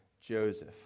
Joseph